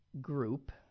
group